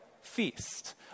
feast